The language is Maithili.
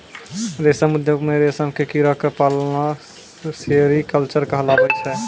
रेशम उद्योग मॅ रेशम के कीड़ा क पालना सेरीकल्चर कहलाबै छै